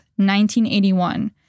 1981